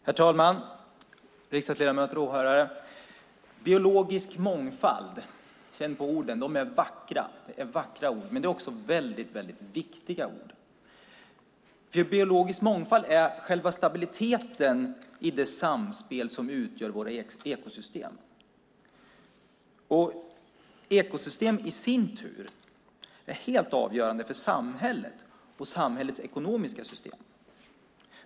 Herr talman! Riksdagsledamöter, åhörare! Biologisk mångfald - känn på orden. Det är vackra, men det är också viktiga ord. Biologisk mångfald är själva stabiliteten i det samspel som utgör våra ekosystem. Ekosystem i sin tur är helt avgörande för samhället och samhällets ekonomiska system.